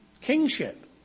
Kingship